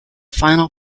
final